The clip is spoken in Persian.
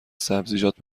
سبزیجات